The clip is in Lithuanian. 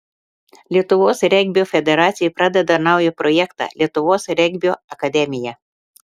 lietuvos regbio federacija pradeda naują projektą lietuvos regbio akademija